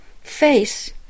face